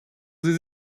sie